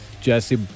jesse